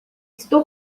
estou